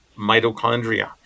mitochondria